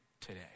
today